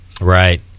Right